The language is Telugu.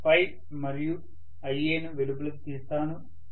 నేను Φ మరియు Ia ను వెలుపలకి తీస్తాను